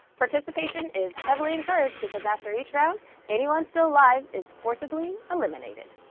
participation is heavily encouraged because after each round anyone still live is forcibly eliminated.